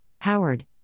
Howard